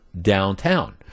downtown